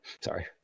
sorry